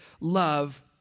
love